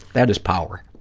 that is power.